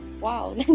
wow